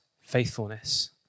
faithfulness